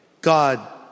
God